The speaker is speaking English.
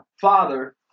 Father